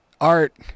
art